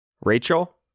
Rachel